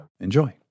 Enjoy